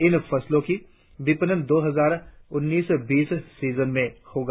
इन फसलों का विपणन दो हजार उन्नीस बीस सीजन में होगा